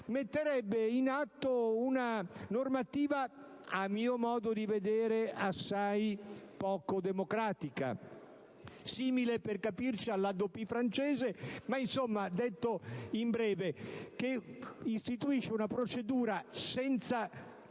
metterebbe in atto una normativa, a mio modo di vedere, assai poco democratica, simile, per capirci, all'HADOPI francese ma che, detto in breve, istituirebbe una procedura senza